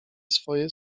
swoje